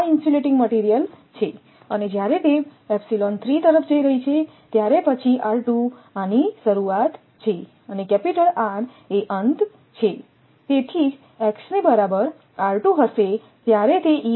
આ insulating material છે અને જ્યારે તે જઈ રહી છે ત્યારે પછી આની શરૂઆત છે અને કેપિટલ R એ અંત છે તેથી જ x ની બરાબર હશે ત્યારે તે